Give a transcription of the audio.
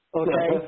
okay